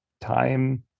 time